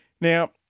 now